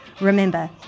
Remember